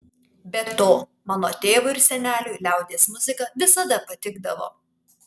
be to mano tėvui ir seneliui liaudies muzika visada patikdavo